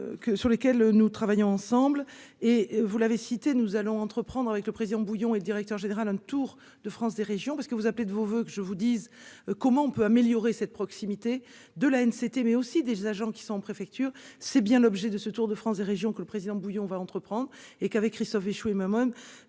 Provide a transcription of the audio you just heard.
sur lesquels nous travaillons ensemble et vous l'avez cité. Nous allons entreprendre avec le président bouillon et directeur général un tour de France des régions parce que vous appelez de vos voeux que je vous dise comment on peut améliorer cette proximité de la haine c'était mais aussi des agents qui sont en préfecture. C'est bien l'objet de ce Tour de France des régions que le président bouillon va entreprendre et qu'avec Christophe Béchu et maman